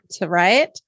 right